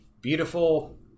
beautiful